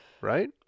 right